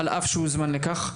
על אף שהוזמן לכך.